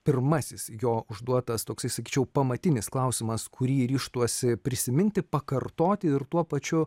pirmasis jo užduotas toksai sakyčiau pamatinis klausimas kurį ryžtuosi prisiminti pakartoti ir tuo pačiu